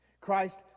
Christ